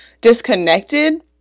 disconnected